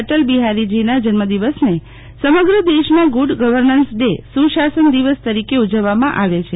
અટલબિહારીજીના જન્મ દિવસને સમગ્ર દેશમાં ગુડ ગવર્નન્સ ડે સુશાસન દિવસ તરીકે ઉજવવામાં આવે છે